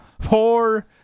Four